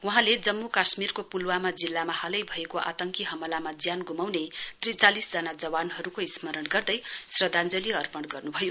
वहाँले जम्मु काश्मीरको पुलवामा जिल्लामा हालै भएको आतंकी हमलामा ज्यान गुमाउने त्रिचालिसजना जवानहरुको स्मरण गर्दै श्रध्दाञ्जली अपर्ण गर्नुभयो